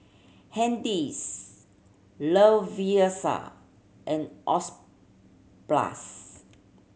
Hardy's Lovisa and Oxyplus